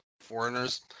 foreigners